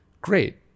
great